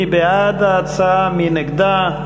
מי בעד ההצעה, מי נגדה?